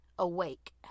Awake